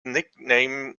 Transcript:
nickname